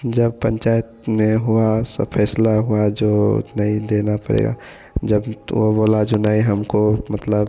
जब पंचायत में हुआ सब फैसला हुआ जो नहीं देना पड़ेगा जभी तो वह बोला जो नहीं हमको मतलब